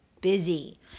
busy